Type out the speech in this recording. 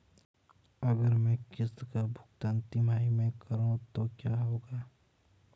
अगर मैं किश्त का भुगतान तिमाही में करूं तो क्या होगा?